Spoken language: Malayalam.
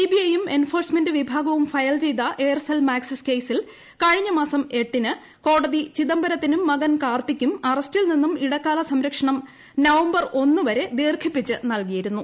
സിബിഐയും എൻഫോഴ്സ്മെന്റ് വിഭാഗവും ഫയൽ ചെയ്ത എയർസെൽ മാക്സിസ് കേസിൽ കഴിഞ്ഞമാസം എട്ടിന് കോടതി ചിദംബരത്തിനും മകൻ കാർത്തിയ്ക്കും അറസ്റ്റിൽ നിന്നും ഇടക്കാല സംരക്ഷണം നവംബർ ഒന്ന് വരെ ദീർഘിപ്പിച്ച് നൽകിയിരുന്നു